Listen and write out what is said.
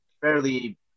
fairly